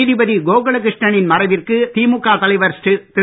நீதிபதி கோகுலகிருஷ்ணன் மறைவிற்கு திமுக தலைவர் திரு